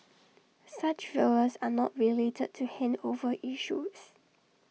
such failures are not related to handover issues